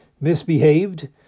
misbehaved